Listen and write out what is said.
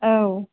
औ